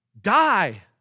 Die